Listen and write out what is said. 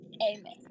amen